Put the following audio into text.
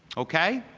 okay?